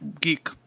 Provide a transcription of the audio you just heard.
Geek